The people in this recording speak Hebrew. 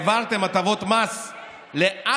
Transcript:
העברתם הטבות מס לעכו,